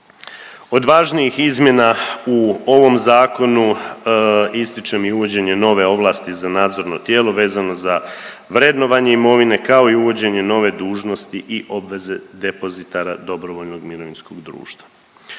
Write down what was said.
Od važnijih izmjena u ovom zakonu ističem i uvođenje nove ovlasti za nadzorno tijelo vezano za vredovanje imovine kao i uvođenje nove dužnosti i obveze depozitara dobrovoljnog mirovinskog društva.